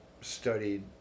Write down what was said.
studied